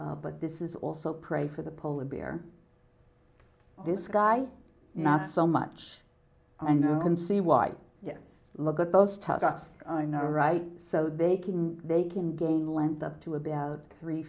but this is also pray for the polar bear this guy not so much i know can see why you look at those tucked up on the right so they can they can gain length up to about three